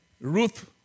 Ruth